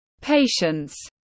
patience